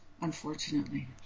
unfortunately